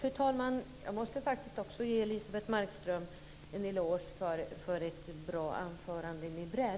Fru talman! Jag måste också ge Elisebeht Markström en eloge för ett bra och brett anförande. Jag